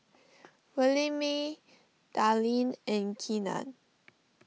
Williemae Darlene and Keenan